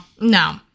No